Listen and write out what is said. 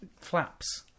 flaps